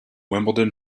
wimbledon